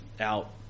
out